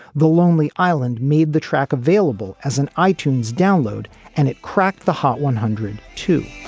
the lonely island made the track available as an i-tunes download and it cracked the hot one hundred to.